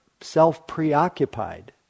self-preoccupied